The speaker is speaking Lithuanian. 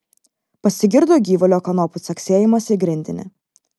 pasigirdo gyvulio kanopų caksėjimas į grindinį